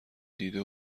دیده